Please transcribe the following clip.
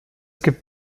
gibt